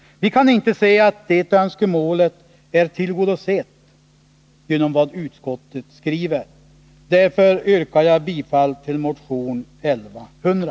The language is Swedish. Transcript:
Vi kan inte se att det önskemålet är tillgodosett genom vad utskottet skriver, och därför yrkar jag bifall till motion 1100.